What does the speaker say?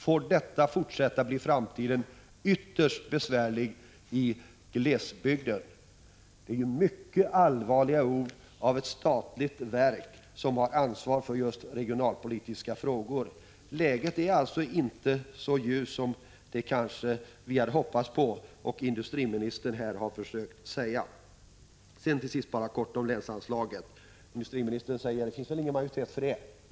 Får detta fortsätta blir framtiden ytterst besvärlig i glesbygden och på de mindre industriorterna.” Det är mycket allvarliga ord från ett statligt verk som har ansvar för just regionalpolitiska frågor. Läget är alltså inte så ljust som vi kanske har hoppats på och industriministern här har försökt göra gällande. Till sist bara kort om länsanslagen. Industriministern tror inte att det finns någon majoritet för höjda länsanslag.